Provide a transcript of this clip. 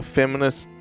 feminist